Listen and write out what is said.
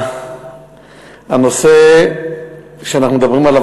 הנושא שאנחנו מדברים עליו,